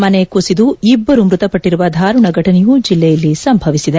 ಮನೆ ಕುಸಿದು ಒಬ್ಬರು ಮೃತಪಟ್ಟಿರುವ ಧಾರುಣ ಘಟನೆಯೂ ಜಿಲ್ಲೆಯಲ್ಲಿ ಸಂಭವಿಸಿದೆ